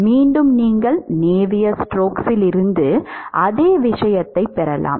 மீண்டும் நீங்கள் நேவியர் ஸ்டோக்கிடமிருந்து அதே விஷயத்தைப் பெறலாம்